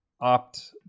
opt